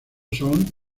son